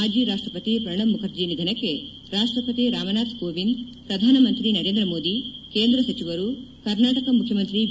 ಮಾಜಿ ರಾಷ್ಟಪತಿ ಪ್ರಣಬ್ ಮುಖರ್ಜಿ ನಿಧನಕ್ಕೆ ರಾಷ್ಟಪತಿ ರಾಮನಾಥ್ ಕೋವಿಂದ್ ಪ್ರಧಾನಮಂತ್ರಿ ನರೇಂದ್ರ ಮೋದಿ ಕೇಂದ್ರ ಸಚಿವರು ಕರ್ನಾಟಕ ಮುಖ್ಯಮಂತ್ರಿ ಬಿ